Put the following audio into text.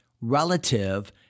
relative